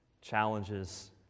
challenges